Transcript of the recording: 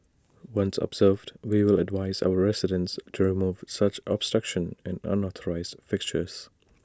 once observed we will advise our residents to remove such obstruction and unauthorised fixtures